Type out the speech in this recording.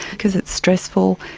because it's stressful,